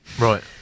Right